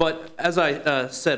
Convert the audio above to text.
but as i said